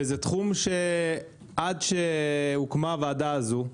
זה תחום שעד שהוקמה הוועדה הזו,